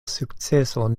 sukceson